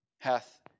hath